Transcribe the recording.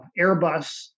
Airbus